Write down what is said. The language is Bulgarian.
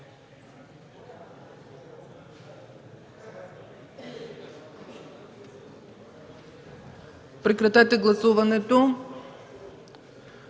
Прекратете гласуването,